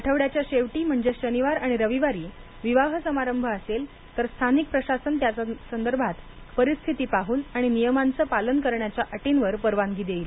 आठवड्याच्या शेवटी म्हणजे शनिवार आणि रविवारी विवाह समारंभ असेल तर स्थानिक प्रशासन त्यासंदर्भात परिस्थिती पाहून आणि नियमांचं पालन करण्याच्या अर्टीवर परवानगी देईल